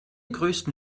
größten